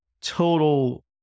Total